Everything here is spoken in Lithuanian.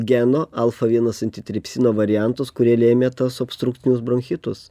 geno alfa vienas antitripsino variantus kurie lėmė tuos obstruktinius bronchitus